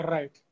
Right